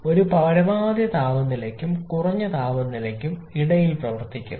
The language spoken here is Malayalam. ഒരു പരമാവധി താപനിലയ്ക്കും കുറഞ്ഞ താപനിലയ്ക്കും ഇടയിൽ പ്രവർത്തിക്കുന്നു